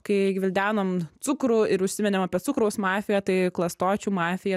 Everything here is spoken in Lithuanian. kai gvildenom cukrų ir užsiminėm apie cukraus mafiją tai klastočių mafija